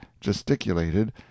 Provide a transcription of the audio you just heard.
gesticulated